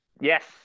Yes